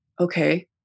okay